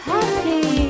Happy